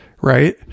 right